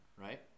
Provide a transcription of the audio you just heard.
Right